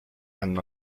hanno